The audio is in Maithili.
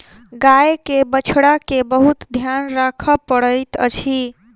गाय के बछड़ा के बहुत ध्यान राखअ पड़ैत अछि